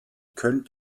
könnt